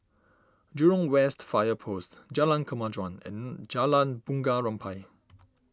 Jurong West Fire Post Jalan Kemajuan and Jalan Bunga Rampai